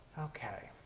okay.